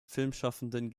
filmschaffenden